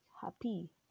happy